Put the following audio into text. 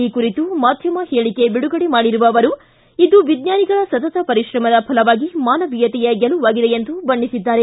ಈ ಕುರಿತು ಮಾಧ್ಯಮ ಹೇಳಿಕೆ ಬಿಡುಗಡೆ ಮಾಡಿರುವ ಅವರು ಇದು ವಿಜ್ವಾನಿಗಳ ಸತತ ಪರಿಶ್ರಮದ ಫಲವಾಗಿ ಮಾನವೀಯತೆಯ ಗೆಲುವಾಗಿದೆ ಎಂದು ಬಣ್ಣಿಸಿದ್ದಾರೆ